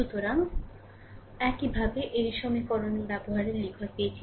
সুতরাং i1 একই সমীকরণে ব্যবহারের লিখন পেয়েছি